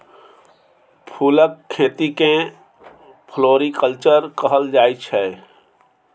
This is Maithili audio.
फुलक खेती केँ फ्लोरीकल्चर कहल जाइ छै